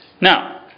Now